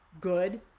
good